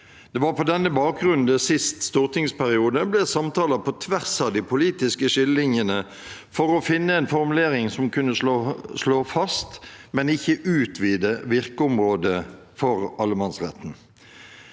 Det var på denne bakgrunn det sist stortingsperiode ble samtaler på tvers av de politiske skillelinjene for å finne en formulering som kunne slå fast, men ikke utvide, virkeområdet for allemannsretten.